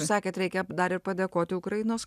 sakėte reikia dar ir padėkoti ukrainos